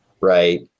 right